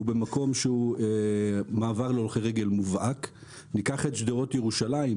הוא במקום שהוא מעבר להולכי רגל מובהק; ניקח את שדרות ירושלים,